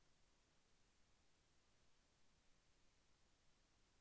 టమాటా ఏ ఏ సమయంలో గిరాకీ ఉంటుంది?